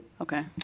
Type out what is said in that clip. Okay